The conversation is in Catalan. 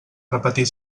repetir